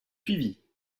suivis